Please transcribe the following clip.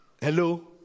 Hello